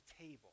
table